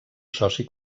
soci